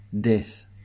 death